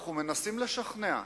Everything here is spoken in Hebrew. אנחנו מנסים לשכנע,